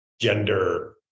gender